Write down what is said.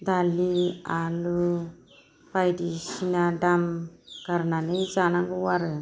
दालि आलु बायदिसिना दाम गारनानै जानांगौ आरो